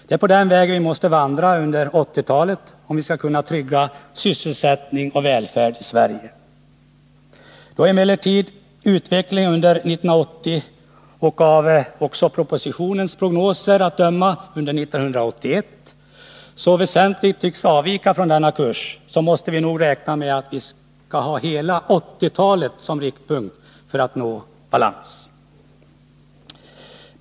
Det är på den vägen vi måste vandra under 1980-talet, om vi skall kunna trygga sysselsättning och välfärd i Sverige. Då emellertid utvecklingen under 1980 — och av propositionens prognoser att döma under 1981 — så väsentligt tycks avvika från denna kurs, måste vi nog räkna med att vi skall ha slutet av 1980-talet som riktpunkt för att nå balans.